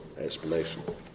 explanation